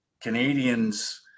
canadians